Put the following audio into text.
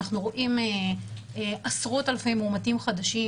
אנחנו רואים עשרות אלפי מאומתים חדשים